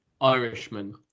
Irishman